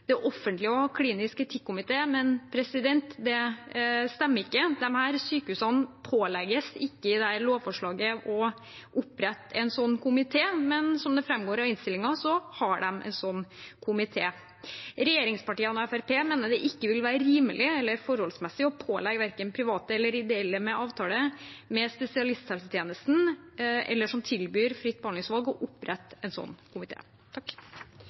det offentlige å ha klinisk etikkomité, men det stemmer ikke. Disse sykehusene pålegges ikke i dette lovforslaget å opprette en sånn komité, men som det framgår av innstillingen, har de en sånn komité. Regjeringspartiene og Fremskrittspartiet mener det ikke vil være rimelig eller forholdsmessig å pålegge verken private eller ideelle med avtale med spesialisthelsetjenesten eller som tilbyr fritt behandlingsvalg, å opprette en sånn